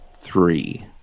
three